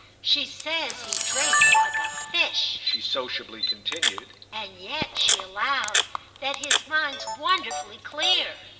she says he drinks like a fish, she sociably continued, and yet she allows that his mind's wonderfully clear.